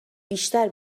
بیشتر